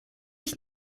ich